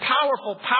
powerful